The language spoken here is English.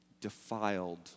defiled